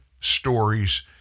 stories